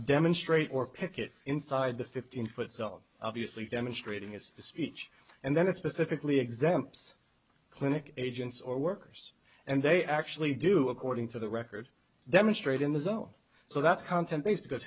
demonstrate or picket inside the fifteen foot zone obviously demonstrating it's speech and then it specifically exempts clinic agents or workers and they actually do according to the record demonstrate in the zone so that's content based because